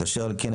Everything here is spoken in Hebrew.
אשר על כן,